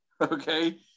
okay